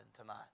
tonight